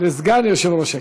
סגן יושב-ראש הכנסת.